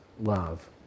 love